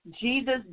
Jesus